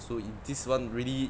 so if this [one] really